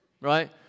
right